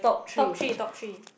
top three top three